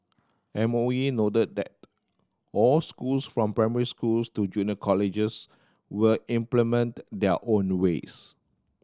M O E noted that all schools from primary schools to junior colleges will implement their own ways